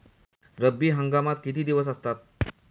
रब्बी हंगामात किती दिवस असतात?